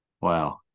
Wow